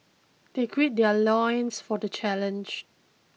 they gird their loins for the challenge